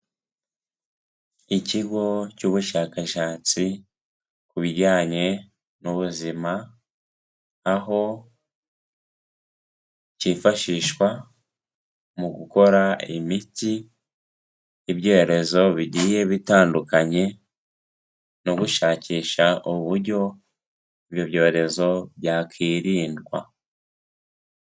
Ikigo cy'ubushakashatsi ku bijyanye n'ubuzima, aho cyifashishwa mu gukora imiti y'ibyorezo bigiye bitandukanye no gushakisha uburyo ibyo byorezo byakirindwa.